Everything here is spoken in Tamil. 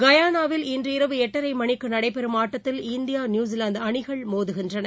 கயானாவில் இன்று இரவு எட்டரைமணிக்குநடைபெறும் ஆட்டத்தில் இந்தியா நியுசிலாந்துஅணிகள் மோதுகின்றன